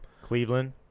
Cleveland